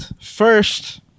First